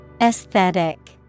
Aesthetic